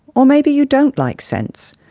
or maybe you don't like scents.